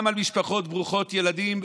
גם על משפחות ברוכות ילדים,